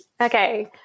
Okay